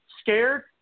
scared